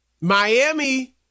Miami